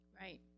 Right